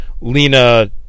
Lena